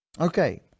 Okay